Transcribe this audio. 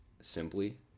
simply